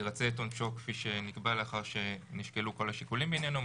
ירצה את עונשו כפי שנקבע לאחר שנשקלו כל השיקולים בעניינו.